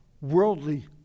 worldly